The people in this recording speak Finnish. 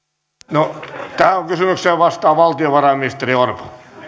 no tähän kysymykseen vastaa valtiovarainministeri orpo